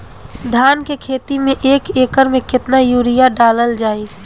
धान के खेती में एक एकड़ में केतना यूरिया डालल जाई?